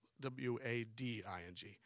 W-A-D-I-N-G